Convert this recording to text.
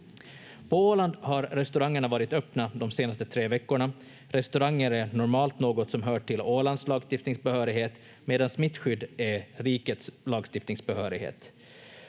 Åland har restaurangerna varit öppna de senaste tre veckorna. Restauranger är normalt något som hör till Ålands lagstiftningsbehörighet medan smittskydd är rikets lagstiftningsbehörighet.